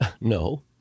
no